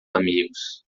amigos